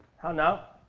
how now?